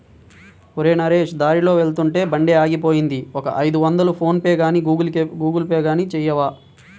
ఒరేయ్ నరేష్ దారిలో వెళ్తుంటే బండి ఆగిపోయింది ఒక ఐదొందలు ఫోన్ పేగానీ గూగుల్ పే గానీ చేయవా